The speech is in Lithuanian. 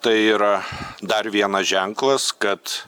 tai yra dar vienas ženklas kad